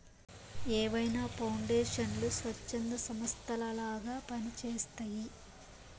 ఏవైనా పౌండేషన్లు స్వచ్ఛంద సంస్థలలాగా పని చేస్తయ్యి